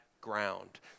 ground